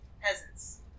peasants